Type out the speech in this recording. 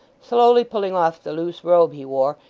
slowly pulling off the loose robe he wore,